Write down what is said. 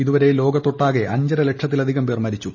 ഇതുവരെ ലോകത്തൊട്ടാകെ അഞ്ചര ലക്ഷത്തിലധികം പേർ മരിച്ചു